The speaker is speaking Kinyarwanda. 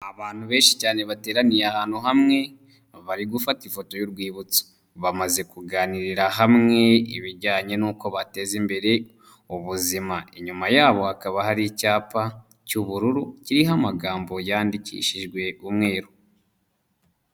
Abantu benshi cyane bateraniye ahantu hamwe bari gufata ifoto y'urwibutso, bamaze kuganirira hamwe ibijyanye n'uko bateza imbere ubuzima, inyuma yabo hakaba hari icyapa cy'ubururu kiriho amagambo yandikishijwe umweru.